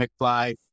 McFly